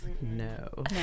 No